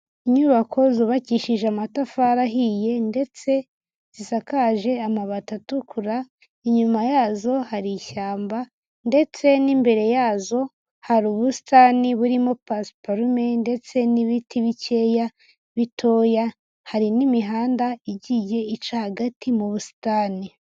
Inyubako zubakishije amatafari ahiye ndetse zisakaje amabati atukura, inyuma yazo hari ishyamba ndetse n'imbere yazo hari ubusitani burimo pasiparume ndetse n'ibiti bikeya bitoya, hari n'imihanda igiye ica hagati mu busitani.